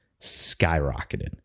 Skyrocketed